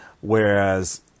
Whereas